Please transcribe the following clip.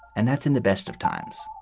and that's in the best of times.